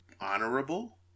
honorable